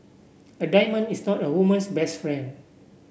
a diamond is not a woman's best friend